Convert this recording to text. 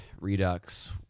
redux